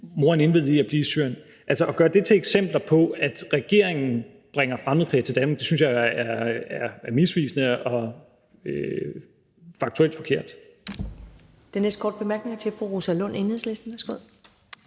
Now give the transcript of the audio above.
moren indvilligede i at blive i Syrien. Altså at gøre det til eksempler på, at regeringen bringer fremmedkrigere til Danmark, mener jeg er misvisende og faktuelt forkert.